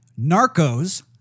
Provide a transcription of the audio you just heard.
Narcos